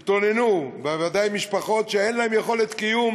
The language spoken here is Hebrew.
והם התלוננו, בוודאי משפחות שאין להן יכולות קיום